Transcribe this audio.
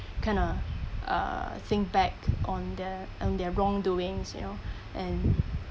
kind of uh think back on the on their wrong doings you know and